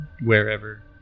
wherever